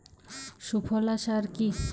সুফলা সার কি?